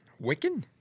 Wiccan